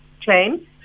claim